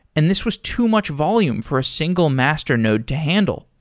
and this was too much volume for a single master node to handle.